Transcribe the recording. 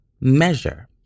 measure